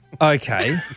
Okay